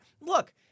Look